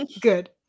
Good